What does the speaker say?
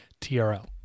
trl